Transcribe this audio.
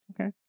Okay